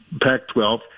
Pac-12